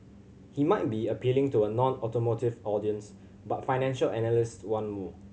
he might be appealing to a nonautomotive audience but financial analyst want more